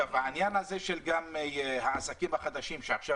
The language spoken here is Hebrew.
העניין הזה של העסקים החדשים שעכשיו